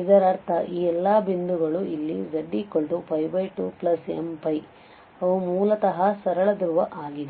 ಇದರರ್ಥ ಈ ಎಲ್ಲಾ ಬಿಂದುಗಳು ಇಲ್ಲಿz2mπ ಅವು ಮೂಲತಃ ಸರಳ ಧ್ರುವ ಆಗಿದೆ